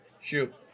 Shoot